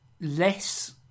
less